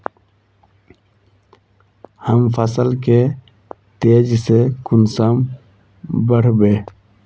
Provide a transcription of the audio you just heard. हम फसल के तेज से कुंसम बढ़बे?